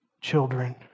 children